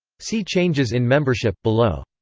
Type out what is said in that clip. see changes in membership, below.